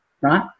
right